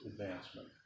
advancement